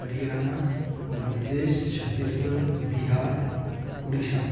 Haryana Madhya Pradesh Chhattisgarh Bihar Orissa